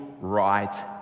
right